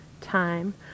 time